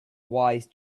wise